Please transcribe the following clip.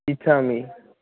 इच्छामि